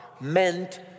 meant